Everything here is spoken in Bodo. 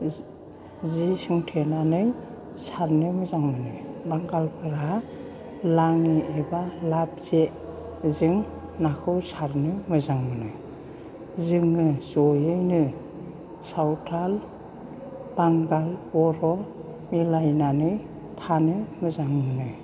जि सोंथेनानै सारनो मोजां मोनो बांगालफोरा लाङि एबा लाब जेजों नाखौ सारनो मोजां मोनो जोङो जयैनो सावथाल बांगाल बर' मिलायनानै थानो मोजां मोनो